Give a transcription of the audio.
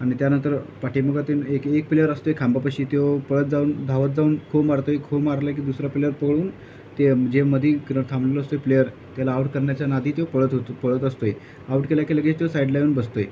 आणि त्यानंतर पाठीमागील एक एक प्लेयर असतो आहे खांबापाशी तो पळत जाऊन धावत जाऊन खो मारतो आहे खो मारला की दुसरा प्लेअर पळून ते जे मध्ये की थांबवलेलो असतो आहे प्लेयर त्याला आऊट करण्याच्या नादी तो पळत होतो पळत असतो आहे आउट केला की तो साईडला येऊन बसतो आहे